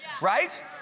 right